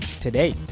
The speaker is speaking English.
Today